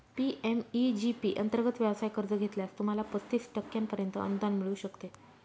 PMEG P अंतर्गत व्यवसाय कर्ज घेतल्यास, तुम्हाला पस्तीस टक्क्यांपर्यंत अनुदान मिळू शकते